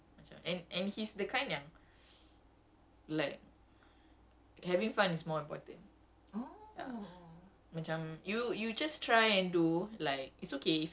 ya so and macam the group feels very nice and chill and he's the kind yang like having fun is more important